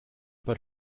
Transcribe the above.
but